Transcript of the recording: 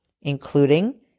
including